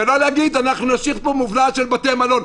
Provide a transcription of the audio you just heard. ולא להגיד: אנחנו נשאיר פה מובלעת של בתי מלון.